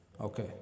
Okay